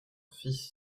fils